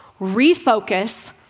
refocus